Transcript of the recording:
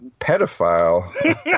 pedophile